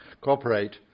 cooperate